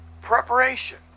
Preparation